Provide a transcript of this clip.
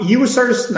users